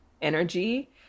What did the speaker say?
energy